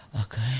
Okay